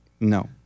no